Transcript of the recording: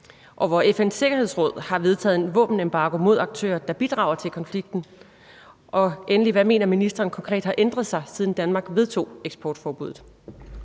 og hvor FN’s Sikkerhedsråd har vedtaget en våbenembargo mod aktører, der bidrager til konflikten, og hvad mener ministeren konkret har ændret sig, siden Danmark vedtog eksportforbuddet?